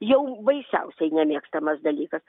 jau baisiausiai nemėgstamas dalykas